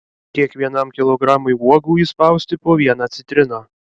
kiekvienam kilogramui uogų įspausti po vieną citriną